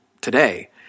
today